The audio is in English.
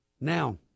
Now